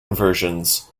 versions